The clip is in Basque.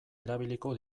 erabiliko